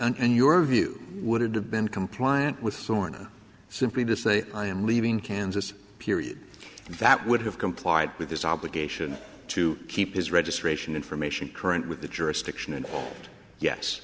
end your view would have been compliant with florida simply to say i am leaving kansas period and that would have complied with this obligation to keep his registration information current with the jurisdiction and